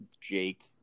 Jake